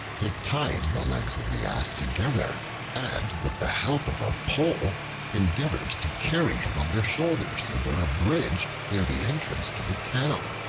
they tied the legs of the ass together and with the help of a pole endeavored to carry him on their shoulders over a bridge near the entrance to the town.